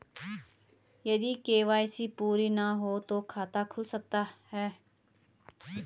यदि के.वाई.सी पूरी ना हो तो खाता खुल सकता है?